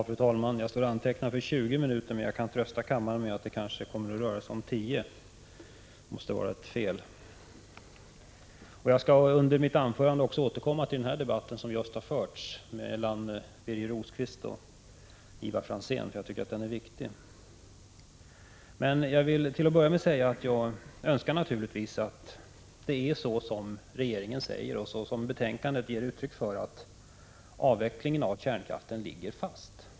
Fru talman! Jag står antecknad för 20 minuter på talarlistan, men jag kan trösta kammaren med att det kanske kommer att röra sig om 10 minuter. Det måste vara ett fel. Jag skall under mitt anförande återkomma till den debatt som just har förts mellan Birger Rosqvist och Ivar Franzén, för jag tycker att den är viktig. Men jag vill till att börja med säga att jag naturligtvis önskar att det är så som regeringen säger och så som betänkandet ger uttryck för, att avvecklingen av kärnkraften ligger fast.